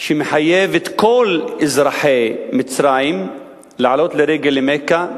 שמחייב את כל אזרחי מצרים לעלות לרגל למכה,